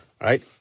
right